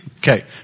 Okay